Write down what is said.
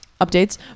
updates